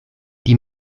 die